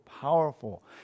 powerful